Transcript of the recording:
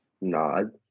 nod